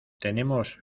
tenemos